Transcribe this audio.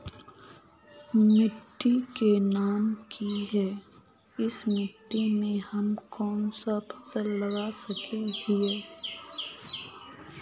मिट्टी के नाम की है इस मिट्टी में हम कोन सा फसल लगा सके हिय?